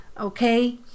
okay